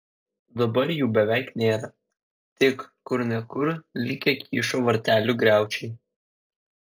dabar jų beveik nėra tik kur ne kur likę kyšo vartelių griaučiai